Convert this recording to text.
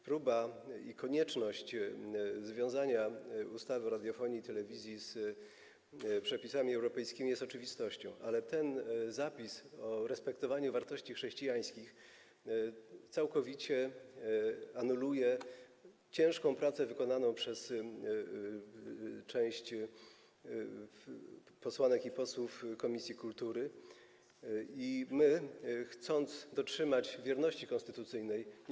Próba i konieczność związania ustawy o radiofonii i telewizji z przepisami europejskimi jest oczywistością, ale ten zapis o respektowaniu wartości chrześcijańskich całkowicie anuluje ciężką pracę wykonaną przez część posłanek i posłów komisji kultury i my, chcąc dotrzymać wierności konstytucji, nie poprzemy tej ustawy.